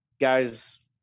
guys